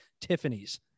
Tiffany's